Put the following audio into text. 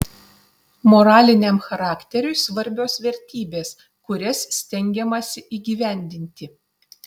moraliniam charakteriui svarbios vertybės kurias stengiamasi įgyvendinti